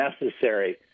necessary